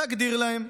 להגדיר להם,